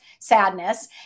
sadness